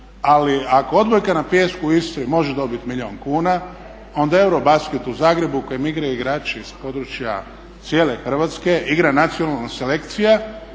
ali ako odbojka na pijesku u Istri može dobiti milijun kuna, onda EUROBASKET u Zagrebu u kojem igraju igrači s područja cijele Hrvatske igra nacionalna selekcija